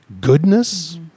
goodness